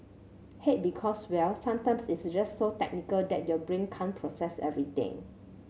hate because well sometimes it's just so technical that your brain can't process everything